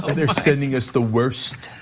they're sending us the worst.